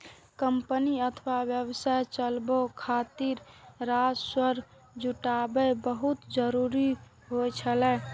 company अथवा व्यवसाय चलाबै खातिर राजस्व जुटायब बहुत जरूरी होइ छै